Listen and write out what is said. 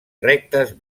rectes